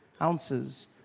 ounces